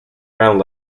ground